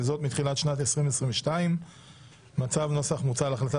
וזאת מתחילת שנת 2022. מצ"ב נוסח מוצע להחלטת